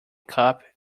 cup